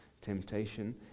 Temptation